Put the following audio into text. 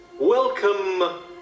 Welcome